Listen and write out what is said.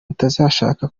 badashaka